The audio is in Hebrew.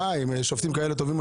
שופטים כאלה טובים,